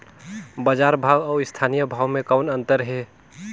बजार भाव अउ स्थानीय भाव म कौन अन्तर हे?